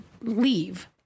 leave